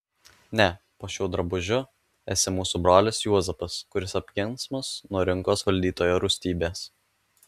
ne po šiuo drabužiu esi mūsų brolis juozapas kuris apgins mus nuo rinkos valdytojo rūstybės